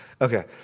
Okay